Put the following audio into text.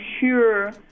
sure